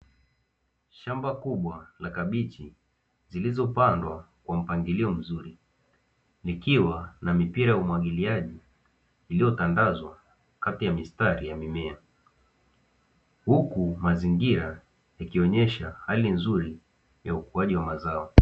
Shamba kubwa la kabichi zilizopandwa kwa mpangilio mzuri likiwa na mipira ya umwagiliaji iliyotandazwa kati ya mistari ya mimea, huku mazingira yakionyesha hali nzuri ya ukuaji wa mazao.